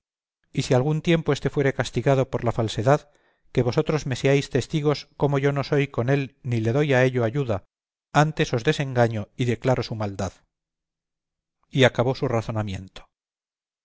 y si algún tiempo éste fuere castigado por la falsedad que vosotros me seáis testigos como yo no soy con él ni le doy a ello ayuda antes os desengaño y declaro su maldad y acabó su razonamiento